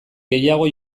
gehiago